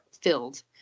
filled